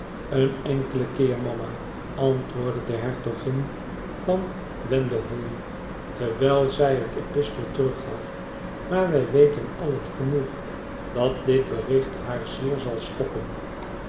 een enkelen keer mama antwoordde de hertogin van wendeholm terwijl zij het epistel terug gaf maar wij weten allen genoeg dat dit bericht haar zeer zal schokken